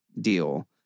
deal